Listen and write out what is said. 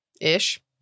Ish